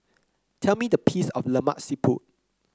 tell me the piece of Lemak Siput